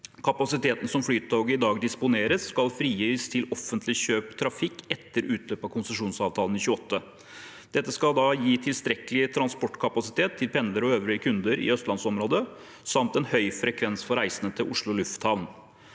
Kapasiteten som Flytoget i dag disponerer, skal frigis til offentlig kjøp av transport etter utløp av konsesjonsavtalen i 2028. Dette skal gi tilstrekkelig transportkapasitet til pendlere og øvrige kunder i Østlands-området samt en høy frekvens for reisende til Oslo Lufthavn.